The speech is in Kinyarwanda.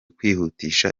kwihutisha